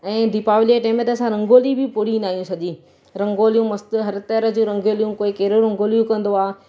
ऐं दीपावलीअ ए टेम ते असां रंगोली बि पूॼींदा आहियूं सॼी रंगोलियूं मस्तु हर तरह जूं रंगोलियूं कोई कहिड़ो रंगोलियूं कंदो आहे